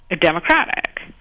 Democratic